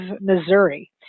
Missouri